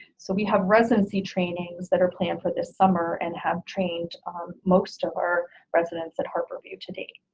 so we have residency trainings that are planned for this summer and have trained most of our residents at harborview today.